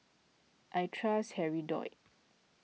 I trust Hirudoid